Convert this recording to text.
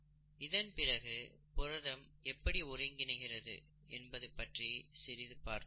இதன்பிறகு புரதம் எப்படி ஒருங்கிணைக்கிறது என்பது பற்றி சிறிது பார்த்தோம்